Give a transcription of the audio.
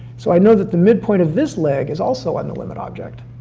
so i know that the midpoint of this leg is also on the limit object.